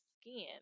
skin